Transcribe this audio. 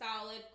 solid